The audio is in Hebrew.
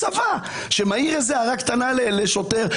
את המשטרה אני מכירה בעיקר מסדרות